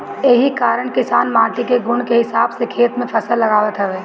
एही कारण किसान माटी के गुण के हिसाब से खेत में फसल लगावत हवे